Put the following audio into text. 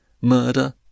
Murder